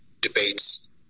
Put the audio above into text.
debates